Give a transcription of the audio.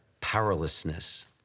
powerlessness